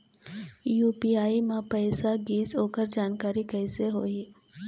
UPI म पैसा गिस ओकर जानकारी कइसे होही?